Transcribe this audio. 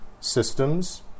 systems